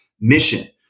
mission